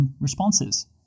responses